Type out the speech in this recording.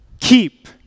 keep